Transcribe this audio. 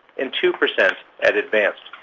and two percent at advanced.